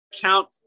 count